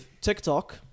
TikTok